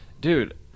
dude